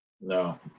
No